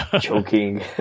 choking